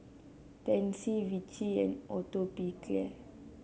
Pansy Vichy and Atopiclair